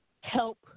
help